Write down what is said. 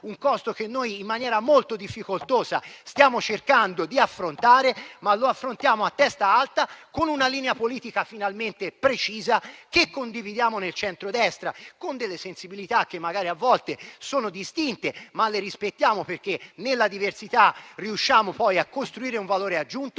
un costo che, in maniera molto difficoltosa, stiamo cercando di affrontare a testa alta, con una linea politica finalmente precisa che condividiamo nel centrodestra, con delle sensibilità magari a volte distinte, ma che rispettiamo perché nella diversità riusciamo poi a costruire un valore aggiunto.